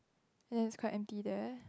then it's quite empty there